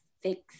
fix